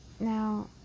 now